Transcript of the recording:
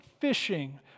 fishing